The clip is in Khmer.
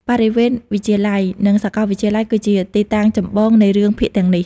បរិវេណវិទ្យាល័យ និង សាកលវិទ្យាល័យ គឺជាទីតាំងចម្បងនៃរឿងភាគទាំងនេះ។